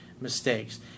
mistakes